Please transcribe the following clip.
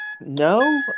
No